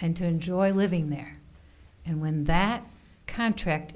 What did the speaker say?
and to enjoy living there and when that contract